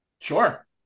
Sure